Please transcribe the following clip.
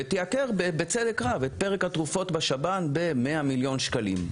ותייקר בצדק רב את פרק התרופות בשב"ן ב-100 מיליון שקלים.